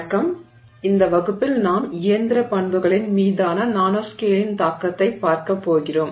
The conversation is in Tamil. வணக்கம் இந்த வகுப்பில் நாம் இயந்திர பண்புகளின் மீதான நானோஸ்கேலின் தாக்கத்தை பார்க்கப்போகிறோம்